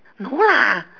no lah